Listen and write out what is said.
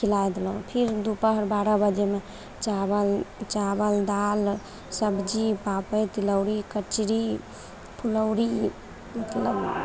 खिलाइ देलहुँ फेर दुपहर बारह बजेमे चावल चावल दाल सबजी पापड़ तिलौड़ी कचरी फुलौड़ी मतलब